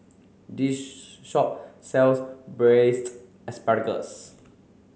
this shop sells braised asparagus